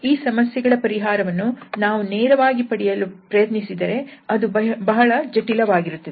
ಈ ಸಮಸ್ಯೆಗಳ ಪರಿಹಾರವನ್ನು ನಾವು ನೇರವಾಗಿ ಪಡೆಯಲು ಪ್ರಯತ್ನಿಸಿದರೆ ಅದು ಬಹಳ ಜಟಿಲವಾಗಿರುತ್ತದೆ